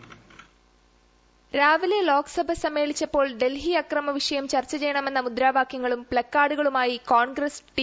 voice രാവിലെ ലോക്സഭ സമ്മേളിച്ചപ്പോൾ ഡൽഹി അക്രമ വിഷയം ചർച്ച ചെയ്യണമെന്ന മുദ്രാവാകൃങ്ങളും പ്തക് കാർഡുകളുമായി കോൺഗ്രസ് ടി